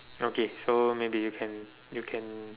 okay so maybe you can you can